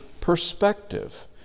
perspective